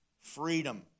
freedom